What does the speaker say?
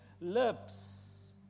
lips